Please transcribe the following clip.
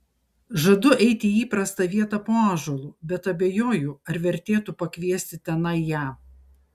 žadu eiti į įprastą vietą po ąžuolu bet abejoju ar vertėtų pakviesti tenai ją